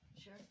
Sure